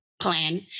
plan